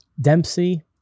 Dempsey